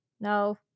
no